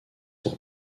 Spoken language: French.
pour